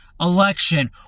election